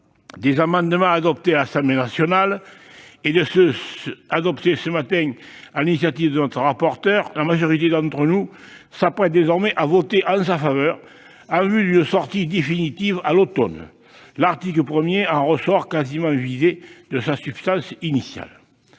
des amendements votés à l'Assemblée nationale et de ceux qui ont été adoptés ce matin sur l'initiative de notre rapporteur, la majorité d'entre nous s'apprêtent désormais à se prononcer en sa faveur, en vue d'une sortie définitive à l'automne. L'article 1 en ressort quasiment vidé de sa substance initiale.